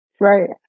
Right